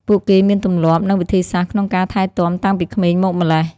ពួកគេមានទម្លាប់ និងវិធីសាស្ត្រក្នុងការថែទាំតាំងពីក្មេងមកម្ល៉េះ។